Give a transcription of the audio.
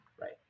Right